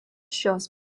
šios